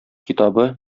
китабы